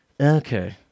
Okay